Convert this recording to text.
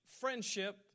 friendship